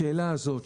השאלה הזאת,